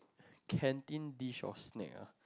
canteen dish or snack ah